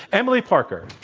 emily parker.